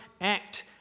act